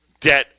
debt